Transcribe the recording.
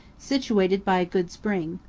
situated by a good spring.